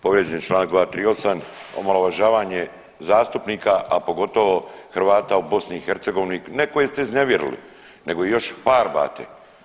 Povrijeđen je čl. 238. omalovažavanje zastupnika, a pogotovo Hrvata u BiH ne koje ste iznevjerili nego ih još farbate.